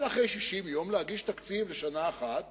אלא אחרי 60 יום, להגיש תקציב לשנה אחת